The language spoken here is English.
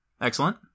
Excellent